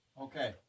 Okay